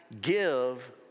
give